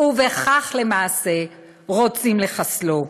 וכך למעשה רוצים לחסלו.